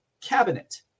cabinet